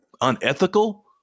unethical